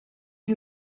you